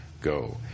go